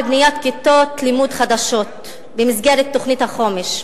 כיתות לימוד חדשות במסגרת תוכנית החומש,